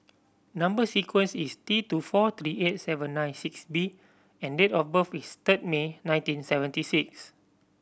number sequence is T two four three eight seven nine six B and date of birth is third May nineteen seventy six